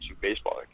baseball